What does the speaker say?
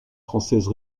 française